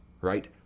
right